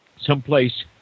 someplace